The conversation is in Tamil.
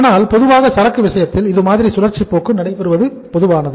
ஆனால் பொதுவாக சரக்கு விஷயத்தில் இதுமாதிரி சுழற்சி போக்கு நடைபெறுவது பொதுவானது